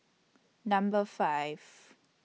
Number five